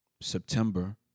September